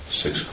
six